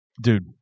Dude